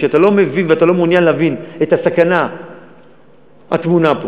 כשאתה לא מבין ואתה לא מעוניין להבין את הסכנה הטמונה פה,